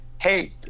hey